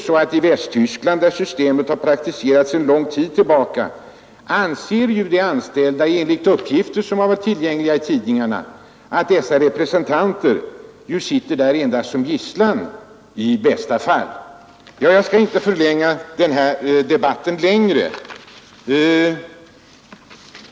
I Västtyskland, där systemet har praktiserats sedan en lång tid tillbaka, anser de anställda enligt uppgifter i tidningarna att dessa representanter i bästa fall sitter där endast som gisslan. Jag skall inte förlänga den här debatten.